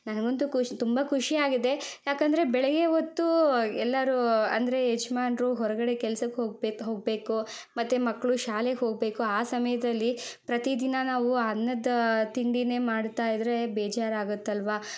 ನನಗಂತೂ ಖುಷಿ ತುಂಬ ಖುಷಿ ಆಗಿದೆ ಯಾಕಂದರೆ ಬೆಳಿಗ್ಗೆ ಹೊತ್ತು ಎಲ್ಲರೂ ಅಂದರೆ ಯಜಮಾನ್ರು ಹೊರಗಡೆ ಕೆಲ್ಸಕ್ಕೆ ಹೋಗ್ಬೇಕು ಹೋಗಬೇಕು ಮತ್ತು ಮಕ್ಕಳು ಶಾಲೆಗೆ ಹೋಗಬೇಕು ಆ ಸಮಯದಲ್ಲಿ ಪ್ರತಿದಿನ ನಾವು ಅನ್ನದ ತಿಂಡಿನೇ ಮಾಡ್ತಾ ಇದ್ದರೆ ಬೇಜಾರಾಗತ್ತೆ ಅಲ್ವಾ